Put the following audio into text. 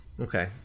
Okay